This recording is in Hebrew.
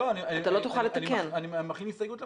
לא, אני מכניס הסתייגות למליאה.